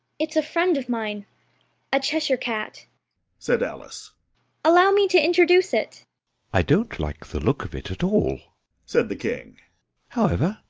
it's a friend of mine a cheshire cat said alice allow me to introduce it i don't like the look of it at all said the king however,